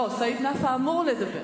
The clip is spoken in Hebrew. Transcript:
סעיד נפאע אמור לדבר.